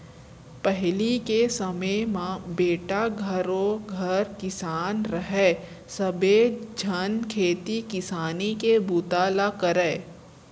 पहिली के समे म बेटा घरों घर किसान रहय सबे झन खेती किसानी के बूता ल करयँ